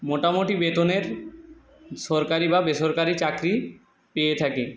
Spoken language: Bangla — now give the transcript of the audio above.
মোটামোটি বেতনের সরকারি বা বেসরকারি চাকরি পেয়ে থাকে